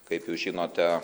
kaip jūs žinote